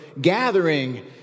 gathering